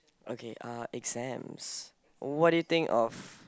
okay uh exams what do you think of